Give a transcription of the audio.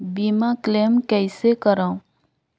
बीमा क्लेम कइसे करों?